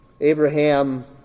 Abraham